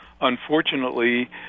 unfortunately